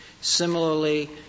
Similarly